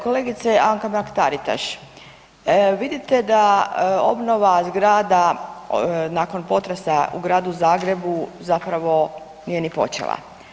Kolegice Anka Mrak-Taritaš, vidite da obnova zgrada nakon potresa u Gradu Zagrebu zapravo nije ni počela.